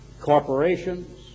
corporations